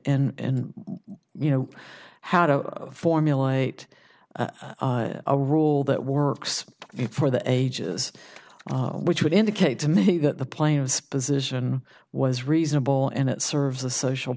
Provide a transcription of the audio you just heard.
and you know how to formulate a rule that works if for the ages which would indicate to me that the players position was reasonable and it serves a social